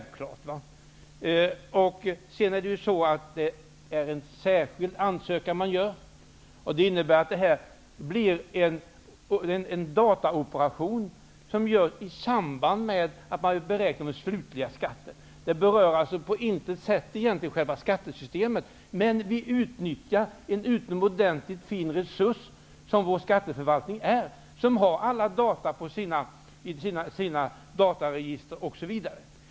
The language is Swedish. Vidare gör man en särskild ansökan, vilket betyder att det blir fråga om en dataoperation i samband med beräkningen av den slutliga skatten. Det berör alltså på intet sätt själva skattesystemet, men vi kan på detta sätt utnyttja den utomordentligt fina resurs som vår skatteförvaltning är. Den har alla behövliga data i sina dataregister osv.